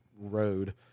Road